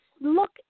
look